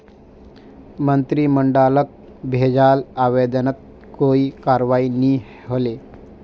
मंत्रिमंडलक भेजाल आवेदनत कोई करवाई नी हले